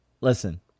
Listen